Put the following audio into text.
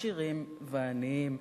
עשירים ועניים,